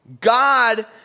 God